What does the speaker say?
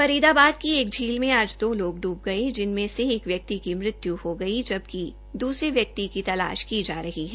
फरीदाबाद की एक झील में आज दो लोग इूब गये जिनमें से एक व्यक्ति की मृत्यु हो गई जबकि दूसरे व्यक्ति की तलाश की जा रही है